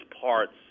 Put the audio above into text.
parts